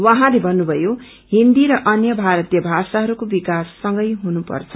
उहाँले भन्नुभयो हिन्दी र अन्य भारतीय भाषाहरूको विकास सँगै हुनपर्छ